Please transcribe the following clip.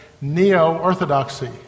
Neo-Orthodoxy